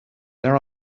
there